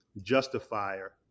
justifier